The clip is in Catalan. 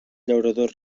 llaurador